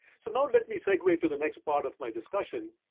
so now, let me segue to the next part of my discussion.